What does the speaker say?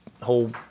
whole